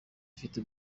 bifite